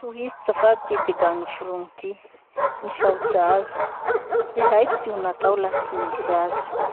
Tohizo zafady ty debat noforony ty: 'Misaotsy azo. Tsy haiko ty ho natao laha tsy nisy azo'.